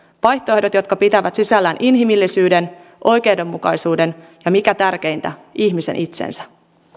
vaihtoehdot jotka pitävät sisällään inhimillisyyden oikeudenmukaisuuden ja mikä tärkeintä ihmisen itsensä